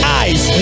eyes